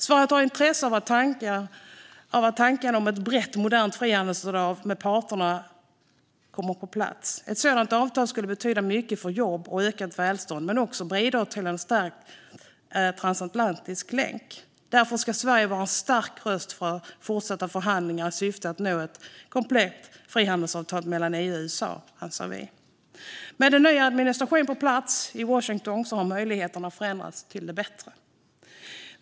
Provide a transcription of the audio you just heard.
Sverige har ett intresse av att ett brett och modernt frihandelsavtal mellan parterna kommer på plats. Ett sådant avtal skulle betyda mycket för jobb och ökat välstånd men också bidra till en stärkt transatlantisk länk. Därför anser vi att Sverige ska vara en stark röst för fortsatta förhandlingar i syfte att nå ett komplett frihandelsavtal mellan EU och USA. Med en ny administration på plats i Washington har möjligheterna förändrats till det bättre.